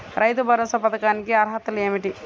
రైతు భరోసా పథకానికి అర్హతలు ఏమిటీ?